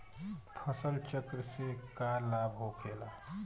फसल चक्र से का लाभ होखेला?